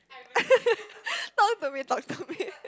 talk to me talk to me